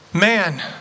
man